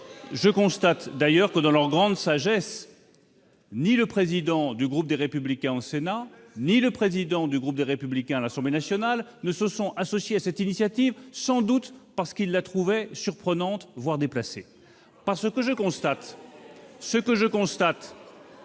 Je constate d'ailleurs que, dans leur grande sagesse, ni le président du groupe Les Républicains au Sénat ni le président du groupe Les Républicains à l'Assemblée nationale ne se sont associés à cette initiative, sans doute parce qu'ils la trouvaient surprenante, voire déplacée. Ils y viendront ! Ce que je constate,